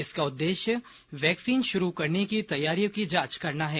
इसका उद्देश्य वैक्सीन शुरू करने की तैयारियों की जांच करना है